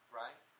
right